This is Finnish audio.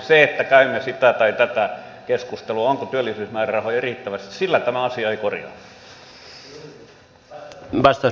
sillä että käymme sitä tai tätä keskustelua onko työllisyymäärärahoja riittävästi tämä asia ei korjaannu